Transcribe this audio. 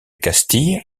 castille